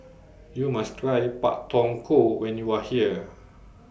YOU must Try Pak Thong Ko when YOU Are here